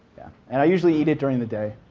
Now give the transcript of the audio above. yeah and i usually eat it during the day.